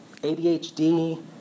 ADHD